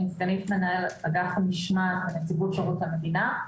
אני סגנית מנהל אגף המשמעת בנציבות שירות המדינה.